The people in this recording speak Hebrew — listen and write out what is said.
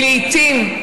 כי לעיתים,